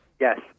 Yes